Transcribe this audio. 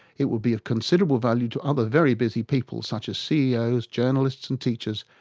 it would be of considerable value to other very busy people, such as ceos, journalists and teachers,